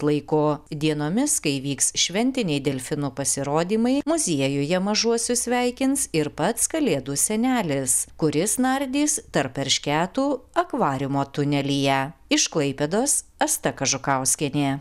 laiku dienomis kai vyks šventiniai delfinų pasirodymai muziejuje mažuosius sveikins ir pats kalėdų senelis kuris nardys tarp eršketų akvariumo tunelyje iš klaipėdos asta kažukauskienė